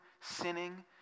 sinning